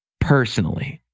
personally